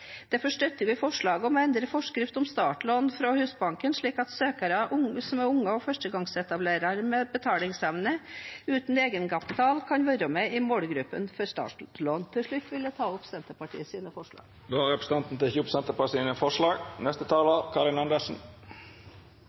Derfor støtter vi forslaget om å endre forskrift om startlån fra Husbanken slik at søkere som er unge og førstegangsetablerere med betalingsevne, men uten egenkapital, kan være med i målgruppen for å motta startlån. Til slutt vil jeg ta opp forslagene nr. 2 og 3, fra Senterpartiet og SV. Då har representanten